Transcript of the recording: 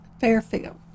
Fairfield